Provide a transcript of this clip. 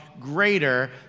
Greater